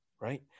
right